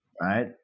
right